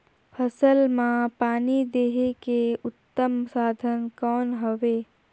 फसल मां पानी देहे के उत्तम साधन कौन हवे?